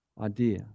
idea